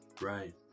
Right